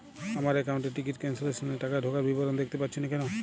আমার একাউন্ট এ ticket cancellation এর টাকা ঢোকার বিবরণ দেখতে পাচ্ছি না কেন?